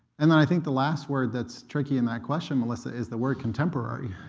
and i think the last word that's tricky and i question, melissa, is the word contemporary,